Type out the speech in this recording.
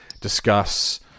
discuss